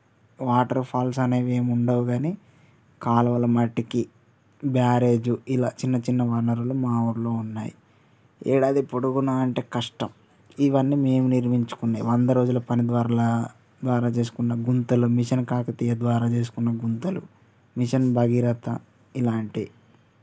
waterfalls అనేవి ఏమి ఉండవు కాని కాలువల మటికి బ్యారేజు ఇలా చిన్న చిన్న వనరులు మా ఊరిలో ఉన్నాయి ఏడాది పొడుగునా అంటే కష్టం ఇవన్నీ మేం నిర్మించుకున్నవి వంద రోజుల పని ద్వార్లా ద్వారా చేసుకున్న గుంతలు మిషన్ కాకతీయ ద్వారా చేసుకున్న గుంతలు మిషన్ భగీరథ ఇలాంటివి